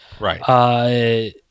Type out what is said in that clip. Right